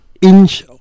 inch